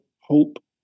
hope